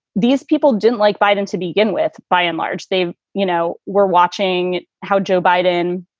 these people didn't like by them to begin with by and large, they've you know, we're watching how joe biden,